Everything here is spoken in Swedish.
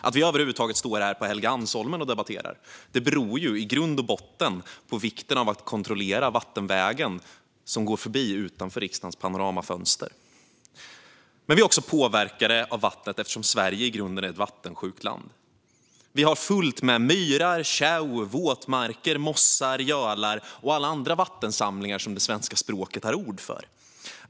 Att vi över huvud taget står här på Helgeandsholmen och debatterar beror i grund och botten på vikten av att kontrollera vattenvägen som går utanför riksdagens panoramafönster. Vi är också påverkade av vattnet eftersom Sverige i grunden är ett vattensjukt land. Vi har fullt av myrar, kärr, våtmarker, mossar, gölar och andra vattensamlingar som det svenska språket har ord för.